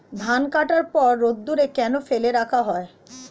ধান কাটার পর রোদ্দুরে কেন ফেলে রাখা হয়?